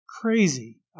crazy